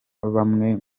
bamwe